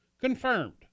Confirmed